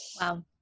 wow